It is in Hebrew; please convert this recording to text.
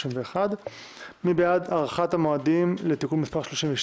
31. מי בעד הארכת המועדים לתיקון מס' 32?